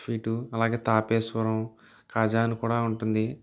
sweet అలాగే తాపేశ్వరం కాజా అని కూడా ఉంటుంది